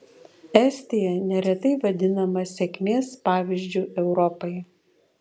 estija neretai vadinama sėkmės pavyzdžiu europai